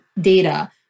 data